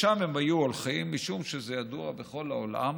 לשם הם היו הולכים, משום שזה ידוע בכל העולם: